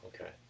okay